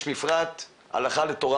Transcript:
יש מפרט, הלכה לתורה